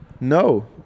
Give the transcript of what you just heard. No